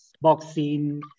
boxing